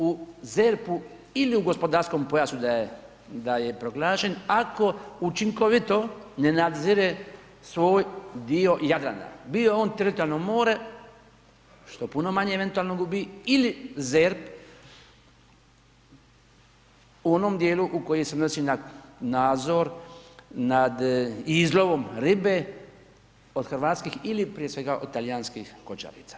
U ZERP ili u gospodarskom pojasu, da je proglašen, ako učinkovito ne nadzire svoj dio Jadrana, bio on teritorijalno more, što puno manje eventualno gubi ili ZERP u onom dijelu koji se odnosi na nadzor nad izlovom ribe od hrvatskih ili, prije svega, od talijanskih kočarica.